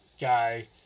guy